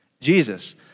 Jesus